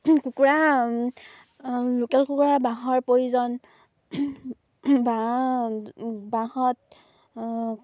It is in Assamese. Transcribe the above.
কুকুৰা লোকেল কুকুৰা বাঁহৰ প্ৰয়োজন বাঁহ বাঁহত